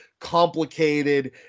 complicated